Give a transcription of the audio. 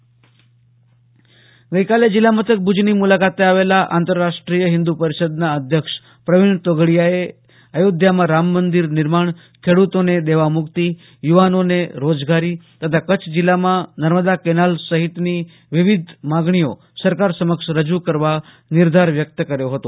આશુતોષ અંતાણી ભુજ ધર્મસભા ગઈ કાલે જિલ્લા મથક ભુજની મુલાકાતે આવેલા અખિલ રાષ્ટ્રીય હિન્દુ પરિષદના અધ્યક્ષ પ્રવિણ તોગડીયાએ અયોધ્યામાં રામમંદિર નિર્માણ ખેડુતોને દેવામુક્તિ યુવાનોને રોજગારી તથા કચ્છ જિલ્લામાં નર્મદા કેનાલ સહિતની વિવિધ માંગણીઓ સરકાર સમક્ષ રજુ કરવા નિર્ધાર વ્યક્ત કર્યો હતો